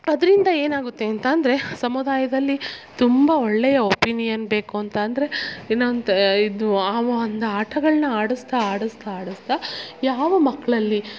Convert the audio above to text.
ಅದರಿಂದ ಏನಾಗುತ್ತೆ ಅಂತಂದರೆ ಸಮುದಾಯದಲ್ಲಿ ತುಂಬ ಒಳ್ಳೆಯ ಒಪೀನಿಯನ್ ಬೇಕು ಅಂತಂದರೆ ಇನ್ನೂ ಒಂದು ಇದು ಆ ಒಂದು ಆಟಗಳನ್ನ ಆಡಿಸ್ತ ಆಡಿಸ್ತ ಆಡಿಸ್ತ ಯಾವ ಮಕ್ಕಳಲ್ಲಿ